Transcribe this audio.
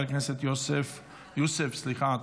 חבר הכנסת יוסף עטאונה,